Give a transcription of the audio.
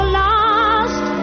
lost